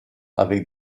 avec